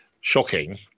shocking